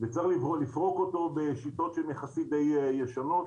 וצריך לפרוק אותו בשיטות שהן יחסית די ישנות.